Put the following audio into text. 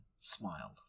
smiled